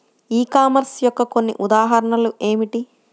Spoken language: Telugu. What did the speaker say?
ఈ కామర్స్ యొక్క కొన్ని ఉదాహరణలు ఏమిటి?